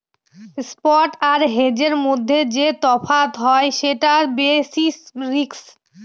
spot আর হেজের মধ্যে যে তফাৎ হয় সেটা বেসিস রিস্ক